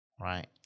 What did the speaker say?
right